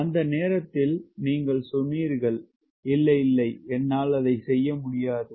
அந்த நேரத்தில் நீங்கள் சொன்னீர்கள் இல்லை இல்லை என்னால் அதை செய்ய முடியாது